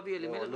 אבי אלימלך,